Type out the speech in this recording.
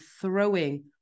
throwing